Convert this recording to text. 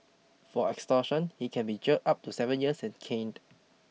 for extortion he can be jailed up to seven years and caned